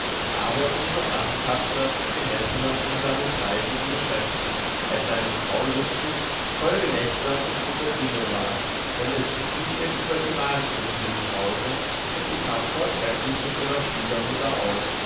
aber um so ernsthafter und gemessener in seinen fleißigen geschäften als seine frau lustig voll gelächter und guter dinge war denn es gefiel ihr über die maßen in diesem hause und sie kam vortrefflich mit ihrer schwiegermutter aus